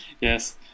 Yes